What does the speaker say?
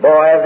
Boy